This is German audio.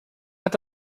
hat